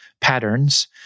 patterns